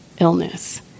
illness